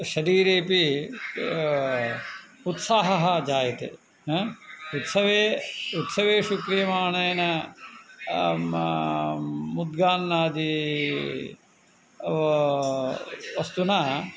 शरीरेपि उत्साहः जायते हा उत्सवे उत्सवेषु क्रियमाणेन मुद्गान्नादि वा वस्तुना